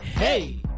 Hey